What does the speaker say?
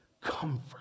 comfort